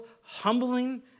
humbling